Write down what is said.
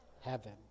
heaven